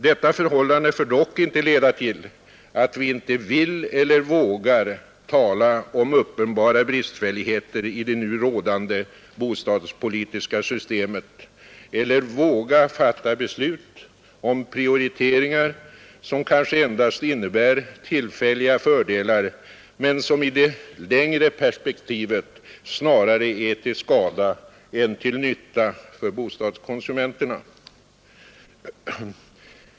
Detta förhållande får dock inte leda till att vi inte vill eller vågar tala om uppenbara bristfälligheter i det nu rådande bostadspolitiska systemet eller fattar beslut om prioriteringar, som kanske endast innebär tillfälliga fördelar men som i det längre perspektivet snarare är till skada än till nytta för bostadskonsumenterna.